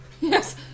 Yes